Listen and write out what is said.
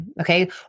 okay